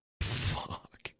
Fuck